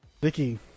vicky